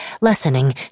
lessening